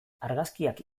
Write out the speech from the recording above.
argazkiak